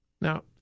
Now